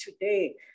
today